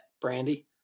Brandy